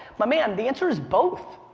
my man, the answer is both.